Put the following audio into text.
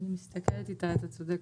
אתה צודק.